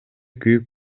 күйүп